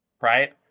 right